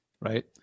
right